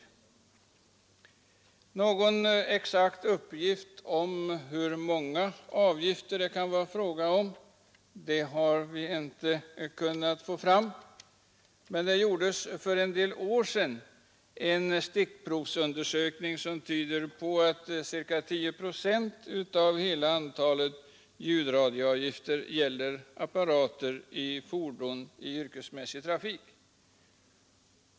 Vi har inte kunnat få fram någon exakt uppgift om hur många avgifter det kan vara fråga om, men det har gjorts en stickprovsundersökning, som tyder på att ca 10 procent av hela antalet ljudradioavgifter gäller apparater i fordon i yrkesmässig trafik.